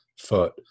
foot